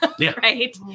right